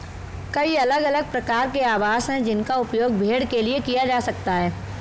कई अलग अलग प्रकार के आवास हैं जिनका उपयोग भेड़ के लिए किया जा सकता है